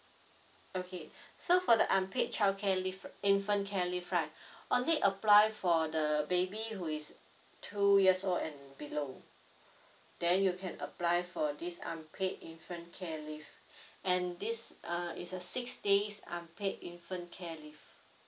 okay so for the unpaid childcare leave infant care leave right only apply for the baby with two years old and below then you can apply for this unpaid infant care leave and uh is a six days unpaid infant care leave